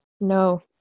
No